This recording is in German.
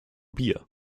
bier